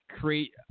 create